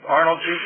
Arnold